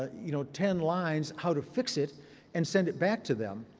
you know, ten lines how to fix it and send it back to them.